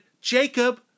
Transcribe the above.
Jacob